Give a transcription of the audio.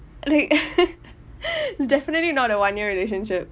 like definitely not a one year relationship